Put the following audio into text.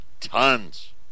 tons